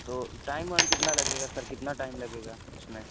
تو ٹائم وائم کتنا لگے گا سر کتنا ٹائم لگے گا اس میں